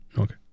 Okay